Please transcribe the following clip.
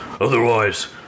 Otherwise